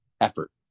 effort